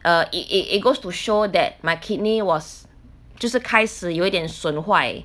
uh it it it goes to show that my kidney was 就是开始有点损坏